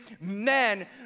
men